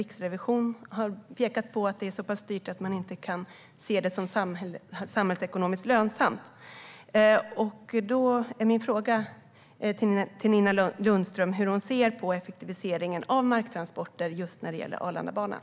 Riksrevisionen där har pekat på att det är så pass dyrt att man inte kan se det som samhällsekonomiskt lönsamt. Då är min fråga till Nina Lundström hur hon ser på effektiviseringen av marktransporter just när det gäller Arlandabanan.